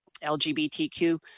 LGBTQ